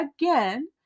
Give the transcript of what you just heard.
again